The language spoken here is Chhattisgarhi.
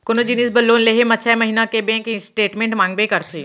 कोनो जिनिस बर लोन लेहे म छै महिना के बेंक स्टेटमेंट मांगबे करथे